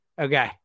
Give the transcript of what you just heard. Okay